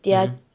mmhmm